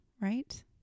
right